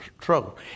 trouble